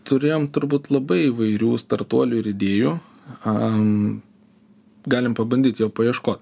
turėjom turbūt labai įvairių startuolių ir idėjų am galim pabandyt jo paieškot